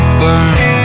burn